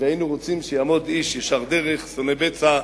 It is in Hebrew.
והיינו רוצים שיעמוד איש ישר דרך, שונא בצע,